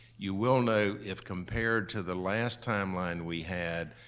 you will note if compared to the last timeline we had,